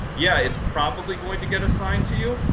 yeah, it's probably going to get assigned to you,